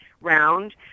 round